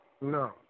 No